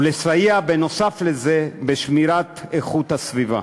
ולסייע, נוסף על זה, בשמירת איכות הסביבה.